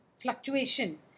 fluctuation